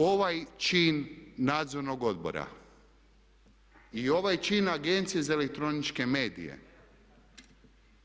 Ovaj čin Nadzornog odbora i ovaj čin Agencije za elektroničke medije